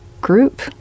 group